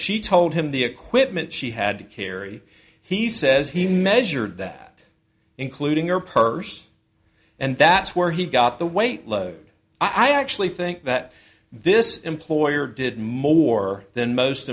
she told him the equipment she had to carry he says he measured that including your purse and that's where he got the weight load i actually think that this employer did more than most